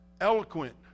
eloquent